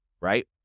right